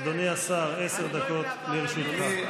אדוני השר, עשר דקות לרשותך.